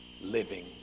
living